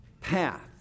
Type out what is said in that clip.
path